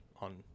on